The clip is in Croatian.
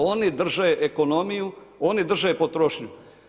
Oni drže ekonomiju, oni drže potrošnju.